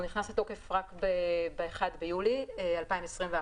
הוא נכנס לתוקף רק ב-1 ביולי 2021,